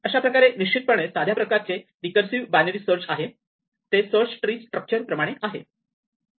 अशाप्रकारे निश्चितपणे साध्या प्रकारचे रीकर्सिव बायनरी सर्च आहे ते सर्च ट्री स्ट्रक्चर प्रमाणे आहे